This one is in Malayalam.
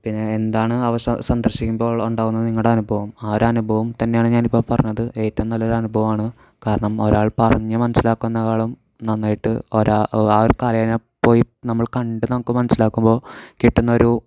പിന്നെ എന്താണ് അവ സന്ദർശ്ശിക്കുമ്പോൾ ഉണ്ടാകുന്ന നിങ്ങളുടെ അനുഭവം ആ ഒരു അനുഭവം തന്നെയാണ് ഞാൻ ഇപ്പോൾ പറഞ്ഞത് ഏറ്റവും നല്ല ഒരു അനുഭവമാണ് കാരണം ഒരാൾ പറഞ്ഞ് മൻസ്സിലാക്കുന്നതിനെക്കാളും നന്നായിട്ട് ആ ഒരു കലേനെ പോയി നമ്മൾ കണ്ട് നമുക്ക് മനസ്സിലാക്കുമ്പോൾ കിട്ടുന്ന ഒരു